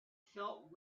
felt